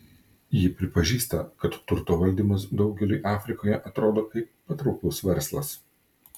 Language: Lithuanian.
ji pripažįsta kad turto valdymas daugeliui afrikoje atrodo kaip patrauklus verslas